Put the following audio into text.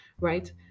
right